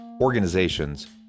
organizations